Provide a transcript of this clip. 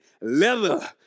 leather